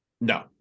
No